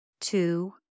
two